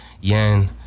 Yen